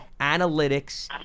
analytics